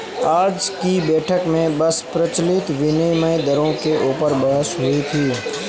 आज की बैठक में बस प्रचलित विनिमय दरों के ऊपर बहस हुई थी